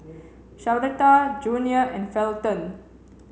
Sharita Junior and Felton